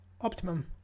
optimum